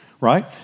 right